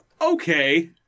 okay